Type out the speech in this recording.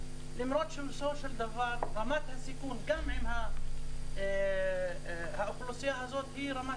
למרות שבסופו של דבר רמת הסיכון גם עם האוכלוסייה הזאת היא רמת